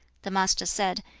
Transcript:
the master said,